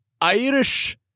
Irish